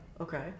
Okay